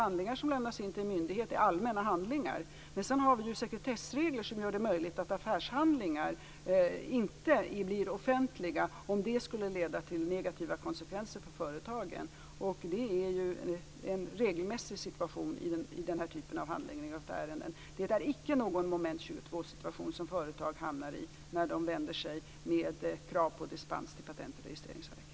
Handlingar som lämnas in till en myndighet är självfallet allmänna handlingar, men sedan har vi ju sekretessregler som gör det möjligt att affärshandlingar inte blir offentliga om det skulle innebära negativa konsekvenser för företagen. Detta är ju en regelmässig situation i denna typ av handläggning av ärenden. Det är icke någon Moment 22-situation som företag hamnar i när de vänder sig med krav på dispens till Patent och registreringsverket.